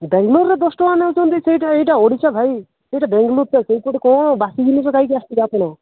ବାଙ୍ଗଲୋର୍ରେ ଦଶ ଟଙ୍କା ନେଉଛନ୍ତି ସେଇଟା ଏଇଟା ଓଡ଼ିଶା ଭାଇ ସେଇଟା ବାଙ୍ଗଲୋର୍ଟା ସେଇପଟୁ କ'ଣ ବାସି ଜିନିଷ ଖାଇକି ଆସୁଛନ୍ତି ଆପଣ